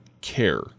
care